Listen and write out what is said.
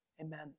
Amen